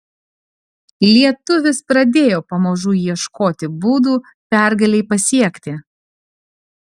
lietuvis pradėjo pamažu ieškoti būdų pergalei pasiekti